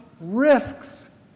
risks